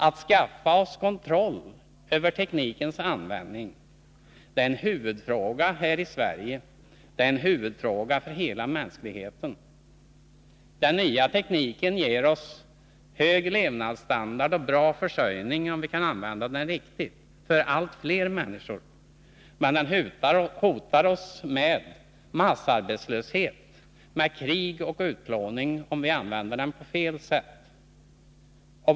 Att skaffa oss kontroll över teknikens användning är en huvudfråga här i Sverige, och det är en huvudfråga för hela mänskligheten. Den nya tekniken ger oss hög levnadsstandard och bra försörjning, om vi kan använda den riktigt, för allt fler människor. Men den hotar oss med massarbetslöshet, med krig och utplåning om vi använder den på fel sätt.